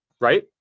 right